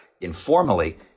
informally